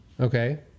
Okay